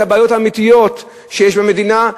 את הבעיות האמיתיות שיש במדינה,